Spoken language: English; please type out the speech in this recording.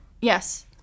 yes